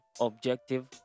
objective